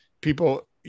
people